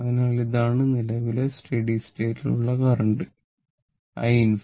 അതിനാൽ ഇതാണ് നിലവിലെ സ്റ്റഡി സ്റ്റേറ്റിൽ ഉള്ള കരണ്ട് i